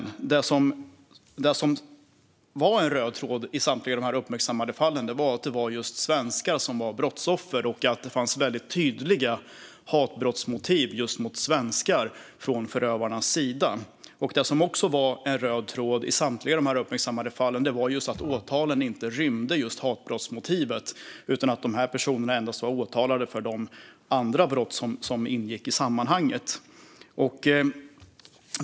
Det som var en röd tråd i samtliga dessa uppmärksammade fall var att det var svenskar som var brottsoffer och att det fanns väldigt tydliga hatmotiv mot just svenskar från förövarnas sida. Det som också var en röd tråd i samtliga dessa uppmärksammade fall var att åtalen inte rymde just hatbrottsmotivet, utan personerna åtalades bara för de andra brott som ingick i sammanhanget.